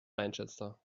manchester